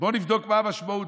בוא נבדוק מה המשמעות,